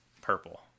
purple